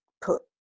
put